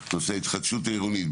נושא ההתחדשות העירונית,